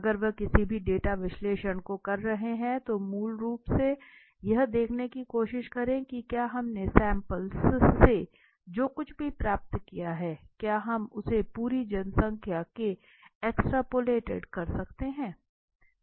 अगर वे किसी भी डेटा विश्लेषण को कर रहे हैं तो मूल रूप यह देखने की कोशिश करें कि क्या हमने सैम्पल्स से जो कुछ भी प्राप्त किया है क्या हम उसे पूरी जनसंख्या में एक्सट्रपलेशन कर सकते है